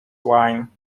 wine